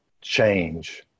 change